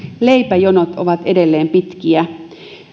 leipäjonot ovat edelleen pitkiä